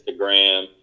Instagram